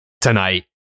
tonight